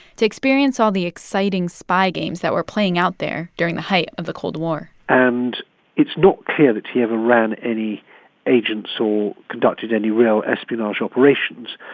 to experience all the exciting spy games that were playing out there during the height of the cold war and it's not clear that he ever ran any agents or conducted any real espionage operations.